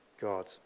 God